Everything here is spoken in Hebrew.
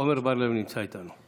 עמר בר לב נמצא איתנו.